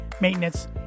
maintenance